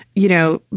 you know,